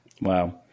Wow